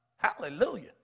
Hallelujah